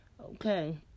Okay